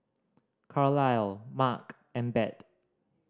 Carlyle Mack and Bette